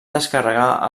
descarregar